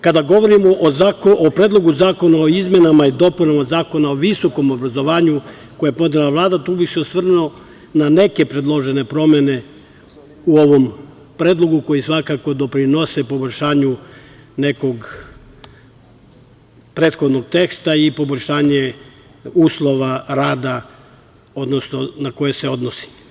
Kada govorimo o Predlogu zakona o izmenama i dopunama Zakona o visokom obrazovanju, koji je podnela Vlada, tu bih se osvrnuo na neke predložene promene u ovom predlogu koje svakako doprinose poboljšanju nekog prethodnog teksta i poboljšanju uslova rada na koje se odnosi.